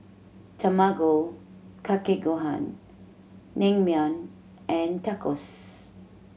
Tamago Kake Gohan Naengmyeon and Tacos